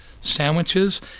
sandwiches